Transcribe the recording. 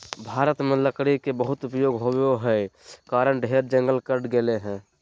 भारत में लकड़ी के बहुत उपयोग होबो हई कारण ढेर जंगल कट गेलय हई